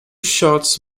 shots